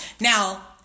Now